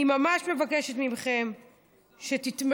אני ממש מבקשת מכם שתתמכו.